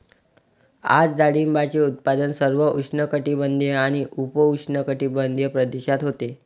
आज डाळिंबाचे उत्पादन सर्व उष्णकटिबंधीय आणि उपउष्णकटिबंधीय प्रदेशात होते